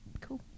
Cool